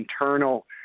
internal